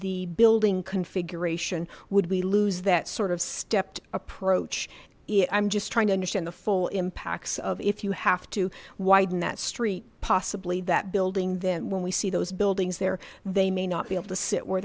the building configuration would we lose that sort of stepped approach i'm just trying to understand the full impacts of if you have to widen that street possibly that building then when we see those buildings there they may not be able to sit where